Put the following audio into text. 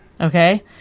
Okay